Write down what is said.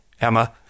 Emma